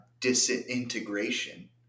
disintegration